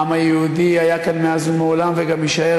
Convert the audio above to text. העם היהודי היה כאן מאז ומעולם וגם יישאר